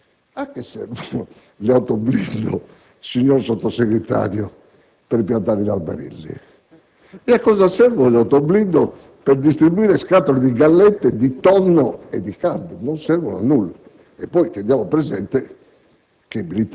a che servono gli autoblindo, signor Sottosegretario; per piantare gli alberelli? E a cosa servono gli autoblindo se dobbiamo distribuire scatole di gallette, di tonno e di carne? Non servono a nulla. Teniamo poi presente